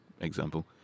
example